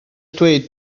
dweud